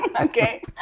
okay